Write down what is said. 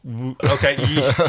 okay